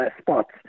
spots